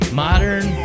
modern